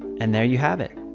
and there you have it!